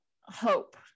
hope